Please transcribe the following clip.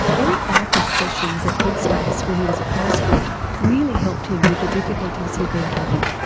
eric barker's sessions at headspace when he was at high school really helped him with the difficulties he'd been having.